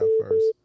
first